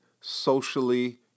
socially